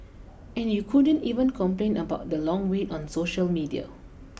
and you couldn't even complain about the long wait on social media